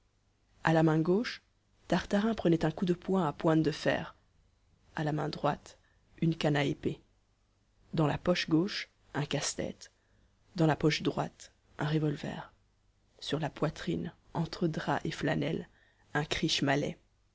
a la main gauche tartarin prenait un coup de poing à pointes de fer à la main droite une canne à épée dans la poche gauche un casse-tête dans la poche droite un revolver sur la poitrine entre drap et flanelle un krish malais